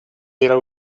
era